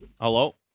Hello